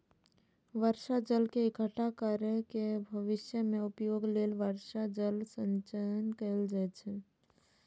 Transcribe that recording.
बर्षा जल के इकट्ठा कैर के भविष्य मे उपयोग लेल वर्षा जल संचयन कैल जाइ छै